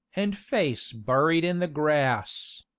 and face buried in the grass.